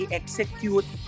execute